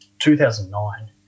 2009